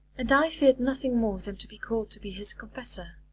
and i feared nothing more than to be called to be his confessor.